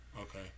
Okay